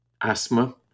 asthma